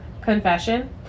Confession